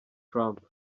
trump